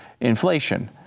inflation